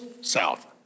south